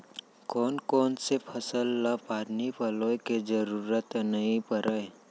कोन कोन से फसल ला पानी पलोय के जरूरत नई परय?